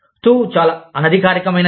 TU చాలా అనధికారికమైనది